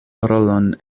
rolon